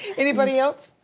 anybody else?